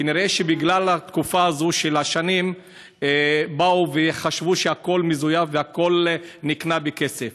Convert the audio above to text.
כנראה בגלל התקופה הזו של השנים באו וחשבו שהכול מזויף והכול נקנה בכסף.